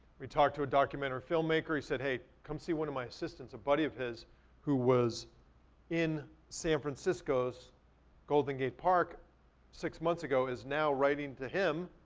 we talked to a documentary film maker. he said, hey, come see one of my assistants. a buddy of his who was in san francisco's golden gate park six months ago is now writing to him,